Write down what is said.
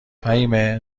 فهیمه